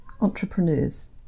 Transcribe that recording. entrepreneurs